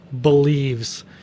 believes